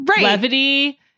levity